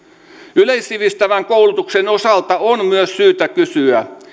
yleissivistävän koulutuksen osalta on myös syytä kysyä